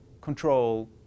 control